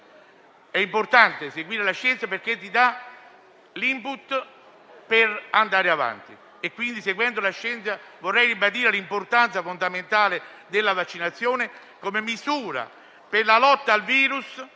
È importante seguire la scienza, perché dà l'*input* per andare avanti. Per questo vorrei ribadire l'importanza fondamentale della vaccinazione come misura per la lotta al virus